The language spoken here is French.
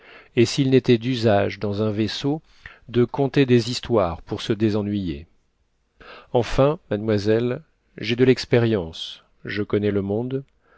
et s'il n'était d'usage dans un vaisseau de conter des histoires pour se désennuyer enfin mademoiselle j'ai de l'expérience je connais le monde